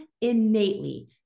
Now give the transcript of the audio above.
innately